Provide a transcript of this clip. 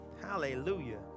Hallelujah